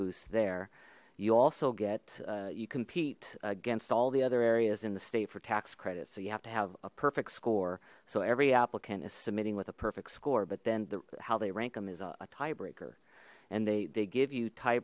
boost there you also get you compete against all the other areas in the state for tax credits so you have to have a perfect score so every applicant is submitting with a perfect score but then how they rank them is a tiebreaker and they give you tie